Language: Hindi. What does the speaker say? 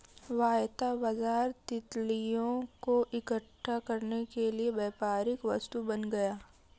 वायदा बाजार तितलियों को इकट्ठा करने के लिए व्यापारिक वस्तु बन गया